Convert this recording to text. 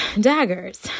daggers